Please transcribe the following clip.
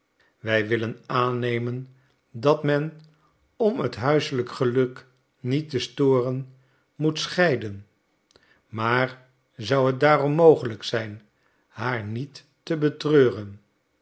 wij willen aannemen dat men om het huiselijk geluk niet te storen moet scheiden maar zou het daarom mogelijk zijn haar niet te betreuren